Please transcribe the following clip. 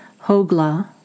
Hogla